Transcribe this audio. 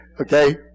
Okay